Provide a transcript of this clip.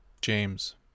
James